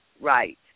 Right